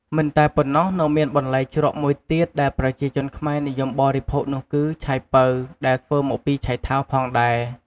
មិនតែប៉ុណ្ណោះនៅមានបន្លែជ្រក់មួយទៀតដែលប្រជាជនខ្មែរនិយមបរិភោគនោះគឺ ឆៃប៉ូវ ដែលធ្វេីមកពីឆៃថាវផងដែរ។